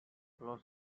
los